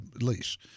lease